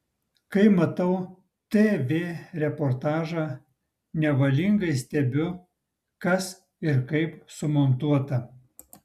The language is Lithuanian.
kai matau tv reportažą nevalingai stebiu kas ir kaip sumontuota